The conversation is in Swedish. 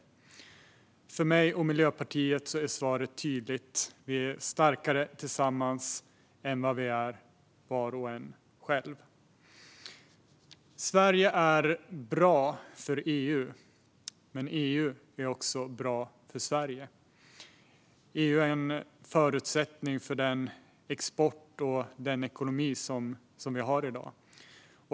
För mig och Miljöpartiet är svaret tydligt. Vi är starkare tillsammans än vad vi är var och en för sig själv. Sverige är bra för EU, men EU är också bra för Sverige. EU är en förutsättning för den export och den ekonomi som vi har i dag.